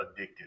addictive